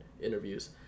interviews